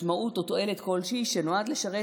משמעות או תועלת כלשהי, שנועד לשרת